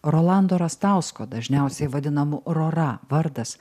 rolando rastausko dažniausiai vadinamu rora vardas